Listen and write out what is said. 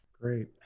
Great